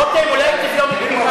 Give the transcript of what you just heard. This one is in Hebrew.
לוקחים שוחד ושלמונים.